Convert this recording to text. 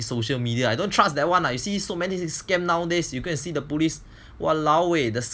social media I don't trust that one lah you see so many scam nowadays you go and see the police !walao! eh